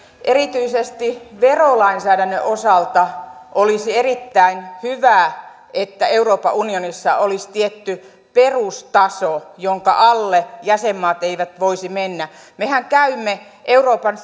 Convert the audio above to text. erityisesti verolainsäädännön osalta olisi erittäin hyvä että euroopan unionissa olisi tietty perustaso jonka alle jäsenmaat eivät voisi mennä mehän käymme euroopan